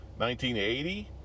1980